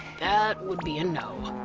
that would be a no.